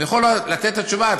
אני יכול לתת את התשובה.